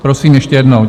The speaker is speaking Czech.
Prosím ještě jednou.